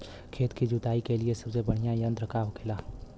खेत की जुताई के लिए सबसे बढ़ियां यंत्र का होखेला?